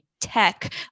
tech